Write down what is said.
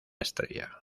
estrella